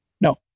No